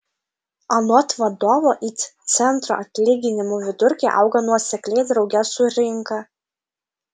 anot vadovo it centro atlyginimų vidurkiai auga nuosekliai drauge su rinka